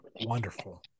Wonderful